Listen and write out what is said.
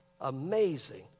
Amazing